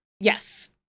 yes